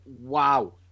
wow